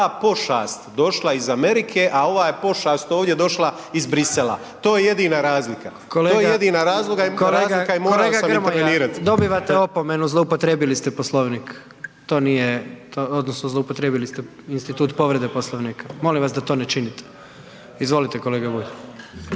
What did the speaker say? pošast došla iz Amerike, a ova je pošast ovdje došla iz Bruxellesa, to je jedina razlika. To je jedina razlika i morao sam intervenirati. **Jandroković, Gordan (HDZ)** Kolega, kolega Grmoja dobivate opomenu zloupotrijebili ste Poslovnik. To nije odnosno zloupotrijebili ste institut povrede Poslovnika. Molim vas da to ne činite. Izvolite kolega Bulj.